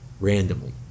randomly